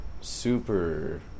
super